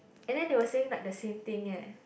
and then they were saying like the same thing eh